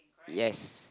yes